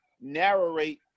narrate